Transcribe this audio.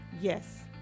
Yes